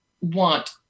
want